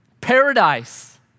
paradise